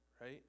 right